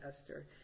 Esther